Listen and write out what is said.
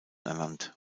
ernannt